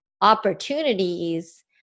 opportunities